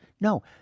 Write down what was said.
No